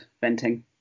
venting